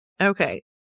okay